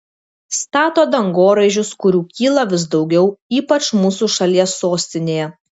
stato dangoraižius kurių kyla vis daugiau ypač mūsų šalies sostinėje